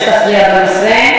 שתכריע בנושא.